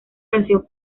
canción